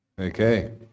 Okay